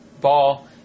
ball